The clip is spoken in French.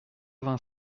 vingt